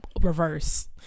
reverse